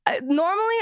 Normally